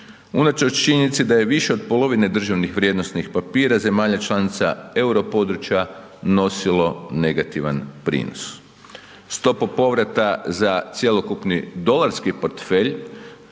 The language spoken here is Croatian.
unatoč činjenici da je više od polovine državnih vrijednosnih papira zemalja članica Europodručja nosilo negativan prinos. Stopu povrata za cjelokupni dolarski portfelj